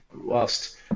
whilst